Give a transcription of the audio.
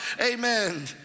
amen